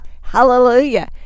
Hallelujah